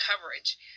coverage